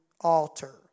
altar